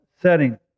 setting